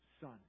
son